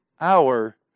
hour